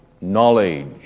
knowledge